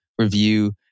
review